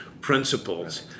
principles